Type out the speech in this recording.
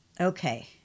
okay